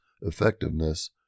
effectiveness